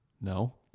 no